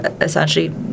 essentially